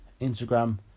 Instagram